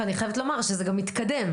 ואני חייבת לומר שזה גם מתקדם.